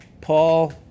Paul